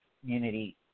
community